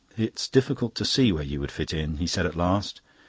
it's difficult to see where you would fit in, he said at last.